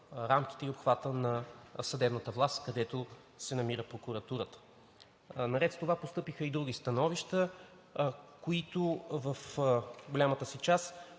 и обхвата на съдебната власт, където се намира прокуратурата. Наред с това постъпиха и други становища, които в голямата си част